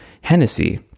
Hennessy